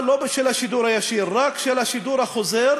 אבל לא של השידור הישיר, רק של השידור החוזר.